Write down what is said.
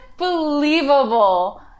unbelievable